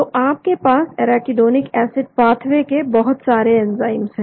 तो आपके पास एराकीडोनिक एसिड पाथवे के बहुत सारे एंजाइम्स हैं